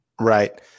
Right